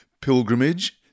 pilgrimage